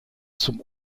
zum